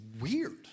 weird